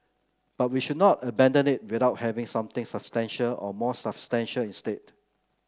but we should not abandon it without having something substantial and more substantial instead